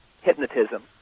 hypnotism